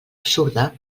absurda